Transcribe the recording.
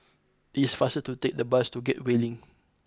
it is faster to take the bus to Gateway Link